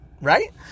right